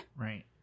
Right